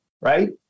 right